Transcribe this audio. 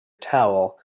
towel